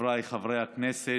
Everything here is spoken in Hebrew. חבריי חברי הכנסת,